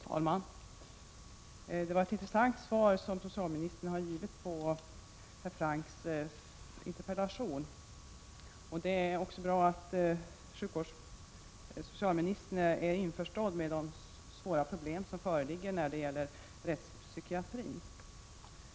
Herr talman! Det är ett intressant svar som socialministern har givit på herr Francks interpellation. Det är också bra att socialministern inser att det föreligger svåra problem när det gäller rättspsykiatrin.